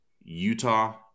Utah